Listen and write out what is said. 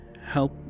help